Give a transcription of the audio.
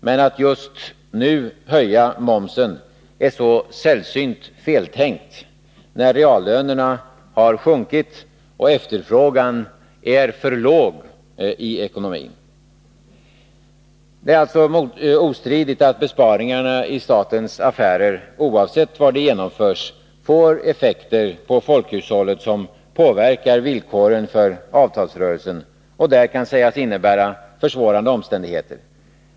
Men att just nu höja momsen är så sällsynt feltänkt, när reallönerna har sjunkit och efterfrågan är för låg i ekonomin. Det är alltså ostridigt att besparingarna i statens affärer, oavsett var de genomförs, får effekter på folkhushållet som påverkar villkoren för avtalsrörelsen och där kan sägas innebära försvårande omständigheter.